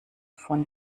von